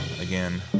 again